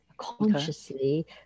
consciously